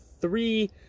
three